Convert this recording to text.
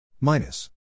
minus